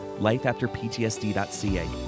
lifeafterptsd.ca